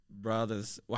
Brothers